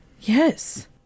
Yes